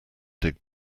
dig